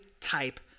type